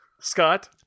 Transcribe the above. Scott